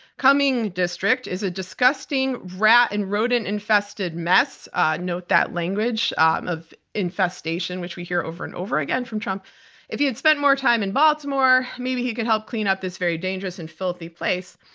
cumming's district is a disgusting, rat and rodent-infested mess note that language of infestation, which we hear over and over again from trump if he had spent more time in baltimore, maybe he could help clean up this very dangerous and filthy place.